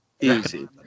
easy